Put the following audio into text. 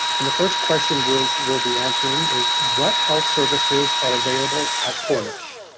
and the first question will we'll be answering is what health services are available at cornish?